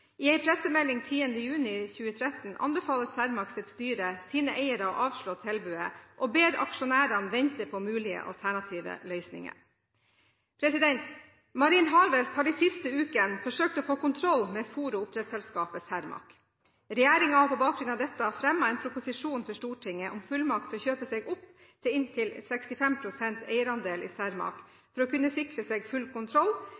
i Cermaq. I en pressemelding 10. juni 2013 anbefaler Cermaqs styre sine eiere å avslå tilbudet, og ber aksjonærene vente på mulige alternative løsninger. Marine Harvest har de siste ukene forsøkt å få kontroll med fôr- og oppdrettsselskapet Cermaq. Regjeringen har på bakgrunn av dette fremmet en proposisjon for Stortinget om fullmakt til å kjøpe seg opp til inntil 65 pst. eierandel i